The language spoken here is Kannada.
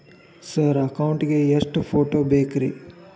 ಸರ್ ಅಕೌಂಟ್ ಗೇ ಎಷ್ಟು ಫೋಟೋ ಬೇಕ್ರಿ?